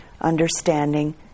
understanding